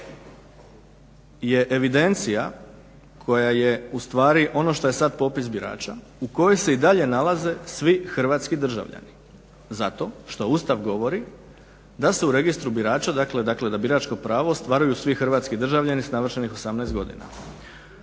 birača je evidencija koja je ustvari ono što je sad popis birača, u kojoj se i dalje nalaze svi Hrvatski državljani. Zato što Ustav govori da su u registru birača, dakle da biračko pravo ostvaruju svi Hrvatski državljani s navršenih 18 godina.